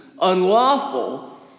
unlawful